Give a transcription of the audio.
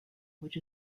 which